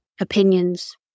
opinions